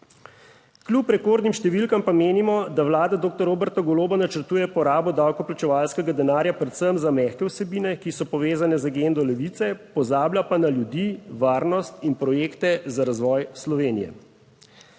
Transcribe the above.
Kljub rekordnim številkam pa menimo, da vlada doktor Roberta Goloba načrtuje porabo davkoplačevalskega denarja predvsem za mehke vsebine, ki so povezane z agendo Levice, pozablja pa na ljudi, varnost in projekte za razvoj Slovenije.